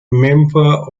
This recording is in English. member